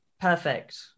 Perfect